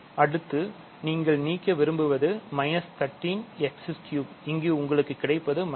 அடுத்து நீங்கள் நீக்க விரும்புவது 13 x3 இங்கு உங்களுக்கு கிடைப்பது 13